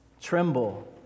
tremble